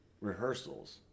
rehearsals